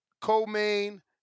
co-main